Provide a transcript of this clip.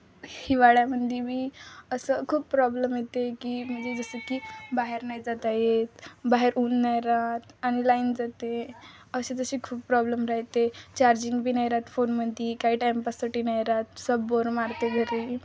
हिवाळ्यामध्ये बी असं खूप प्रॉब्लम येते की म्हणजे जसं की बाहेर नाही जाता येत बाहेर ऊन नाही राहत आणि लाईन जाते असे तसे खूप प्रॉब्लेम राहते चार्जिंग बी नाही राहात फोनमध्ये काही टाईमपाससाठी नाही राहात सब बोर मारते घरी